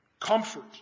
Comfort